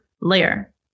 layer